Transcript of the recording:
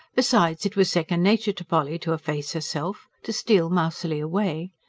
besides, it was second nature to polly to efface herself, to steal mousily away.